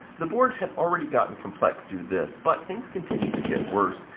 the board had already gotten complex due to this, but things continued to get worse.